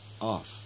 off